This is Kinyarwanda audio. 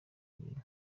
bintu